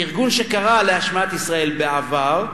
ארגון שקרא להשמדת ישראל בעבר,